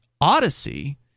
Odyssey